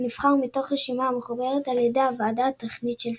שנבחר מתוך רשימה המחוברת על ידי הוועדה הטכנית של פיפ"א.